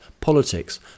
politics